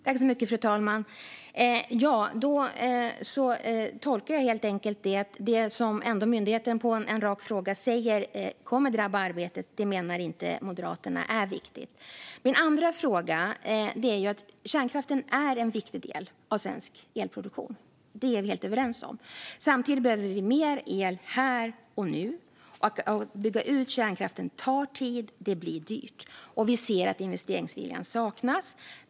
Fru talman! Jag tolkar det så att det som myndigheten på en rak fråga säger kommer att drabba arbetet anser Moderaterna inte vara viktigt. Kärnkraften är en viktig del av svensk elproduktion. Det är vi helt överens om. Samtidigt behöver vi mer el här och nu. Att bygga ut kärnkraften tar tid och blir dyrt, och vi ser att investeringsviljan saknas.